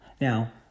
Now